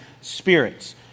spirits